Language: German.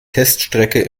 teststrecke